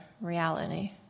reality